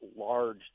large